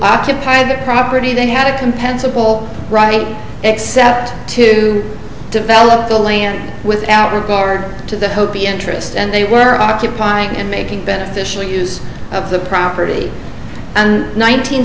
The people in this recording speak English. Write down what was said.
occupy that property they had a compensable right except to develop the land without regard to the hopi interest and they were occupying and making beneficial use of the property and nine